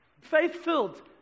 faith-filled